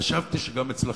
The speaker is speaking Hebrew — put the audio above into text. חשבתי שגם אצלכם,